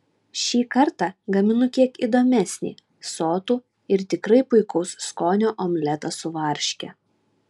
šį kartą gaminu kiek įdomesnį sotų ir tikrai puikaus skonio omletą su varške